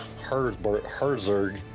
Herzberg